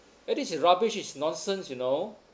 eh this is rubbish it's nonsense you know